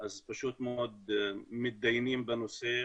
אז פשוט מאוד מתדיינים בנושא,